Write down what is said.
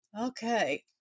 Okay